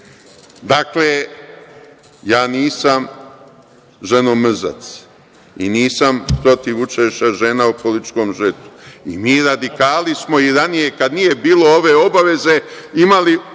ja nisam ženomrzac i nisam protiv učešća žena u političkom žetu i mi radikali smo i ranije kada nije bilo ove obaveze imali